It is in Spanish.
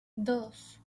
dos